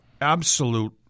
absolute